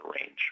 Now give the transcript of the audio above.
range